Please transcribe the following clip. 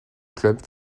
club